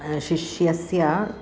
शिष्यस्य